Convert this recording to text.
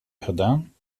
gedaan